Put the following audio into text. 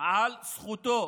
על זכותו